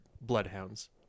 bloodhounds